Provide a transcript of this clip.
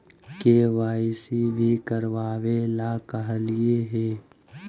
KYC भी करवावेला कहलिये हे?